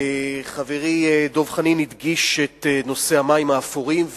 חברי דב חנין הדגיש את נושא המים האפורים,